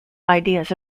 ideas